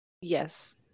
yes